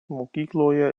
mokykloje